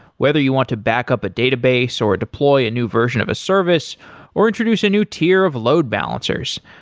whether you want to back up a database or deploy a new version of a service or introduce a new tier of the load balancers,